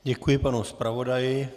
Děkuji panu zpravodaji.